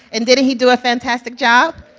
and didn't he do a fantastic job?